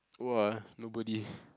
!wah! nobody